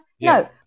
No